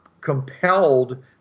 compelled